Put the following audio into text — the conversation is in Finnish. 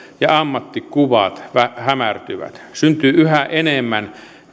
ja ammattikuvat hämärtyvät syntyy yhä enemmän